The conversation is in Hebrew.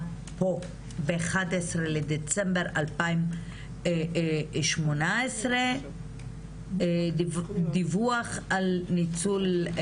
פלשתינאיות שנמצאות באיחוד משפחות או שיש ילדים משותפים